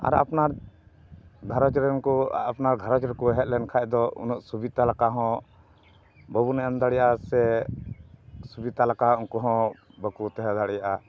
ᱟᱨ ᱟᱯᱱᱟᱨ ᱜᱷᱟᱨᱚᱸᱡᱽ ᱨᱮᱱ ᱠᱚ ᱟᱯᱱᱟᱨ ᱜᱷᱟᱨᱚᱸᱡᱽ ᱨᱮᱠᱚ ᱦᱮᱡ ᱞᱮᱱ ᱠᱷᱟᱱ ᱫᱚ ᱩᱱᱟᱹᱜ ᱥᱩᱵᱤᱛᱟ ᱞᱮᱠᱟ ᱦᱚᱸ ᱵᱟᱵᱚᱱ ᱮᱢ ᱫᱟᱲᱮᱭᱟᱜᱼᱟ ᱥᱮ ᱥᱩᱵᱤᱛᱟ ᱞᱮᱠᱟ ᱩᱱᱠᱩ ᱦᱚᱸ ᱵᱟᱠᱚ ᱛᱟᱦᱮᱸ ᱫᱟᱲᱮᱭᱟᱜᱼᱟ